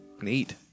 neat